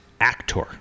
actor